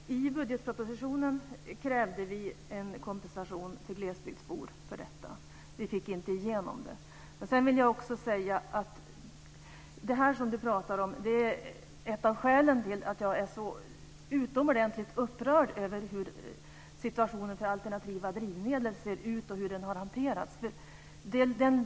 Herr talman! I budgetpropositionen krävde vi en kompensation för glesbygdsbor för detta. Vi fick inte igenom det. Jag vill också säga att det som Birgitta Sellén pratar om är ett av skälen till att jag är utomordentligt upprörd över situationen för alternativa drivmedel och hur den har hanterats.